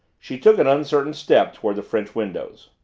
she took an uncertain step toward the french windows.